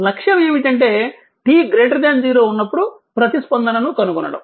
లక్ష్యం ఏమిటంటే t 0 ఉన్నప్పుడు ప్రతిస్పందనను కనుగొనడం